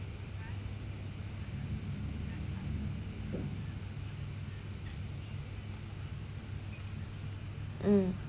mm